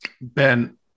Ben